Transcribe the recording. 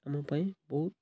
ଆମ ପାଇଁ ବହୁତ